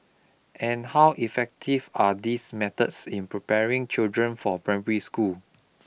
and how effective are these methods in preparing children for primary school